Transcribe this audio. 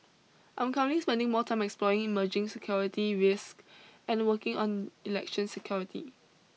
I'm currently spending more time exploring emerging security risks and working on election security